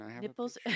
nipples